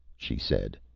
she said.